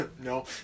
No